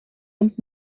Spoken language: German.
und